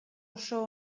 oso